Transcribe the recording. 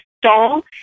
stall